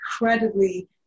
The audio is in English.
incredibly